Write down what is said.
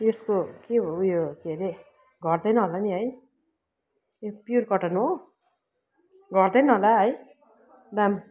यसको के हो उयो के अरे घट्दैन होला नि है यो प्योर कटन हो घट्दैन होला है दाम